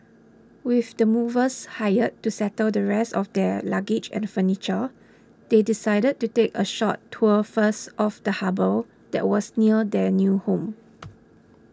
with the movers hired to settle the rest of their luggage and furniture they decided to take a short tour first of the harbour that was near their new home